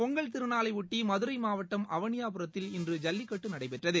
பொங்கல் திருநாளை ஒட்டி மதுரை மாவட்டம் அவளியாபுரத்தில் இன்று ஜல்லிக்கட்டு நடைபெற்றது